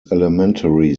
elementary